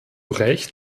recht